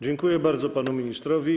Dziękuję bardzo panu ministrowi.